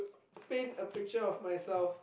paint a picture of myself